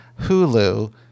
Hulu